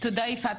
תודה, יפעת.